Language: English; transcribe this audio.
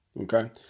Okay